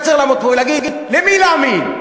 היה צריך לעמוד פה ולהגיד: למי להאמין?